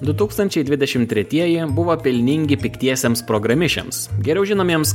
du tūkstančiai dvidešimt tretieji buvo pelningi piktiesiems programišiams geriau žinomiems